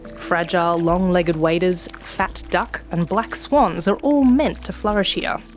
fragile long-legged waders, fat duck, and black swans are all meant to flourish here.